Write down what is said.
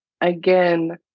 again